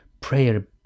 prayer